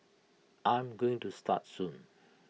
I'm going to start soon